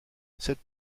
cette